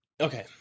Okay